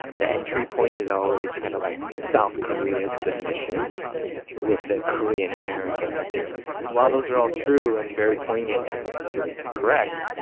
the entry point is always kind of like, south korea's submission with a korean-american actor. and while those are all true and very poignant and correct,